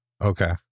Okay